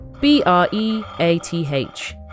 B-R-E-A-T-H